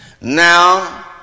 Now